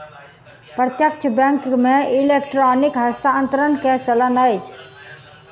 प्रत्यक्ष बैंक मे इलेक्ट्रॉनिक हस्तांतरण के चलन अछि